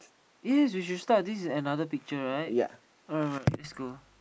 eh we should start this is another picture right alright alright lets go